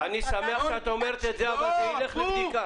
-- אני שמח שאת אומרת את זה אבל זה ילך לבדיקה.